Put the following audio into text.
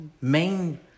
main